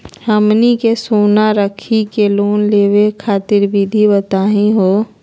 हमनी के सोना रखी के लोन लेवे खातीर विधि बताही हो?